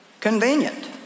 convenient